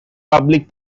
public